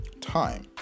time